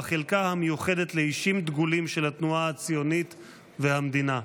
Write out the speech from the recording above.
בחלקה המיוחדת לאישים דגולים של התנועה הציונית והמדינה.